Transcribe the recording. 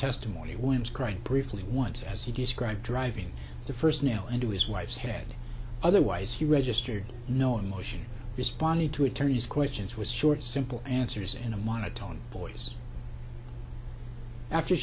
testimony wims cried briefly once as he described driving the first now into his wife's head otherwise he registered no emotion responded to attorney's questions was short simple answers in a monotone voice after